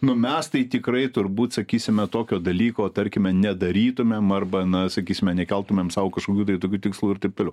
nu mes tai tikrai turbūt sakysime tokio dalyko tarkime nedarytumėm arba na sakysime nekeltumėm sau kažkokių tai tokių tikslų ir taip toliau